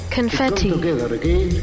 Confetti